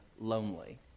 lonely